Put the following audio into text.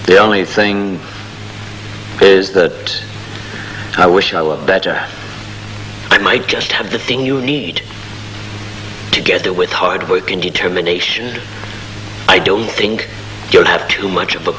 the only thing is that i wish i were better i might just have the thing you need to get there with hard work and determination i don't think you'll have too much of a